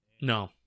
No